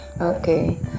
okay